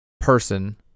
person